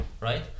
Right